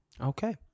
Okay